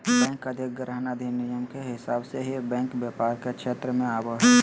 bank अधिग्रहण अधिनियम के हिसाब से ही बैंक व्यापार के क्षेत्र मे आवो हय